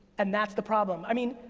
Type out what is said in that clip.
and that's the problem. i mean,